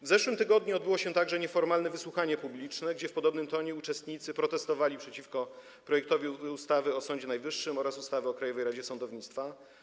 W zeszłym tygodniu odbyło się także nieformalne wysłuchanie publiczne, gdzie w podobnym tonie uczestnicy protestowali przeciwko projektowi ustawy o Sądzie Najwyższym oraz ustawy o Krajowej Radzie Sądownictwa.